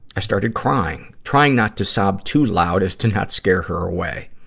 i started crying, trying not to sob too loud as to not scare her away.